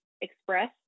express